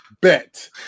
bet